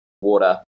water